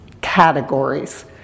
categories